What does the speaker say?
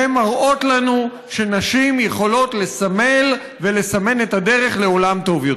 הן מראות לנו שנשים יכולות לסמל ולסמן את הדרך לעולם טוב יותר.